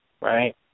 Right